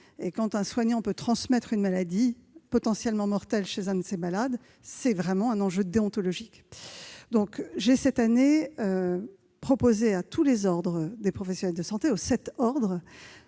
Quand un soignant peut transmettre une maladie potentiellement mortelle chez un de ses malades, c'est vraiment un enjeu déontologique. J'ai, cette année, proposé aux sept ordres des professionnels de santé de signer